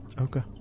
okay